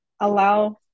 allow